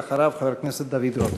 ואחריו, חבר הכנסת דוד רותם.